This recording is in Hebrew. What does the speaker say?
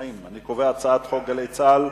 את הצעת חוק "גלי צה"ל"